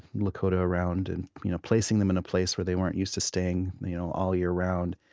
lakota around, and you know placing them in a place where they weren't used to staying you know all year-round,